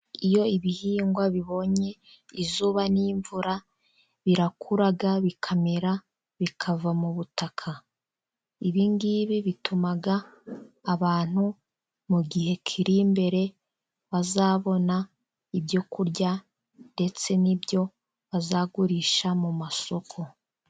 Iyo ibihingwa bibonye izuba n'imvura birakura bikamera bikava mu butaka, ibi ngibi bituma abantu mu gihe kiri imbere, bazabona ibyo kurya ndetse n'ibyo bazagurisha mu masoko.